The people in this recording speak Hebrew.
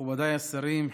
מכובדיי השרים,